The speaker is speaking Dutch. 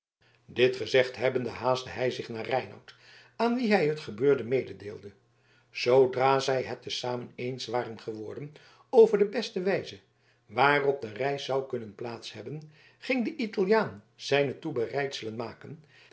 dit gezegd hebbende haastte hij zich naar reinout aan wien hij het gebeurde mededeelde zoodra zij het te zamen eens waren geworden over de beste wijze waarop de reis zou kunnen plaats hebben ging de italiaan zijne toebereidselen maken